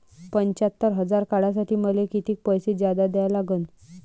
पंच्यात्तर हजार काढासाठी मले कितीक पैसे जादा द्या लागन?